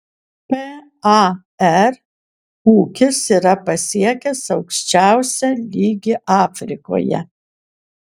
par ūkis yra pasiekęs aukščiausią lygį afrikoje